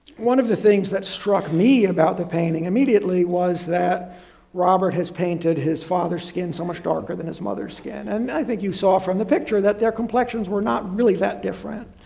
one of the things that struck me about the painting immediately was that robert has painted his father's skin so much darker than his mother's skin. and i think you saw from the picture that their complexions were not really that different.